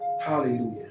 Hallelujah